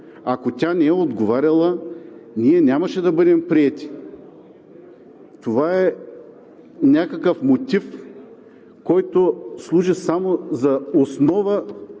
Ако тя не е отговаряла, ние нямаше да бъдем приети. Това е някакъв мотив, който служи само за основа,